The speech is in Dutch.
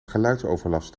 geluidsoverlast